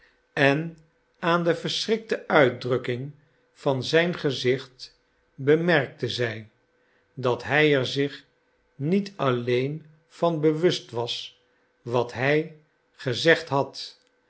en aan de verschrikte uitdrukking van zijn gezicht bemerkte zij dat hij er zich niet alleen van bewust was wat hij gezegd had